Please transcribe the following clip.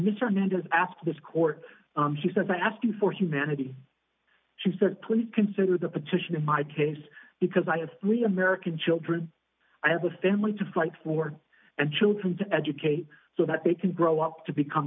nichols asked this court she said by asking for humanity she said please consider the petition in my case because i have three american children i have a family to fight for and children to educate so that they can grow up to become